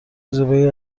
زیبایی